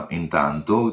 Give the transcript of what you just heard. intanto